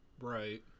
right